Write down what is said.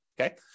Okay